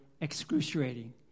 excruciating